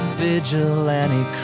vigilante